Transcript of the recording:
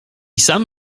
sam